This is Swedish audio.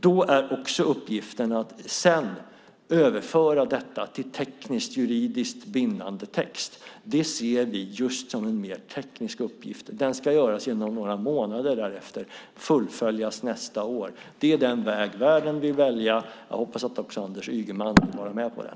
Då är också uppgiften att sedan överföra detta till tekniskt och juridiskt bindande text. Det ser vi som en mer teknisk uppgift. Den ska göras inom några månader därefter och fullföljas nästa år. Det är den väg världen vill välja. Jag hoppas att också Anders Ygeman vill vara med på den.